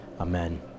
Amen